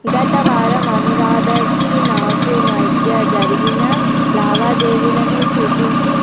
గత వారం అనురాధకి నాకు మధ్య జరిగిన లావాదేవీలను చూపించు